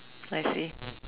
I see